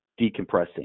decompressing